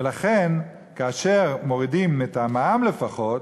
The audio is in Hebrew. ולכן, כאשר מורידים את המע"מ, לפחות,